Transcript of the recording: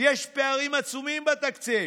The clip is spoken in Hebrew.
"יש פערים עצומים בתקציב.